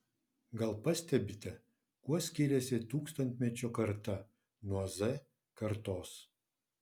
gal pastebite kuo skiriasi tūkstantmečio karta nuo z kartos